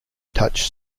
touch